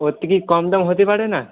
ওর থেকে কম দাম হতে পারে না